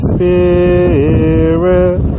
Spirit